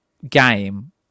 Game